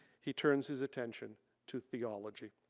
he turns his attention to theology.